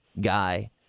guy